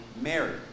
Mary